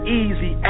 easy